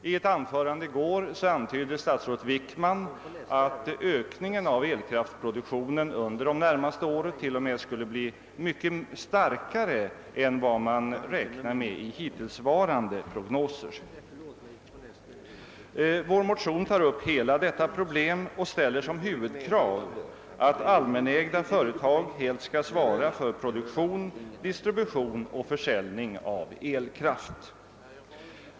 I ett anförande i går antydde statsrådet Wickman att ökningen av elkraftproduktionen under de närmaste åren t.o.m. skulle bli mycket starkare än vad man har räknat med i hittillsvarande prognoser. Vår motion tar upp hela detta pro blem och ställer som huvudkrav att allmänägda företag helt skall svara för produktion, distribution och försäljning av elkraft.